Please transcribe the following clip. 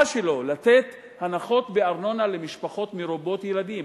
שלו לתת הנחות בארנונה למשפחות מרובות ילדים.